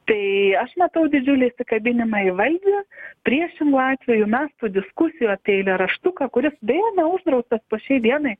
tai aš matau didžiulį įsikabinimą į valdžią priešingu atveju mes tų diskusijų apie eilėraštuką kuris beje neuždraustas po šiai dienai